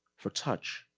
for touch.